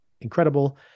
incredible